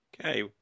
Okay